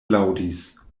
laŭdis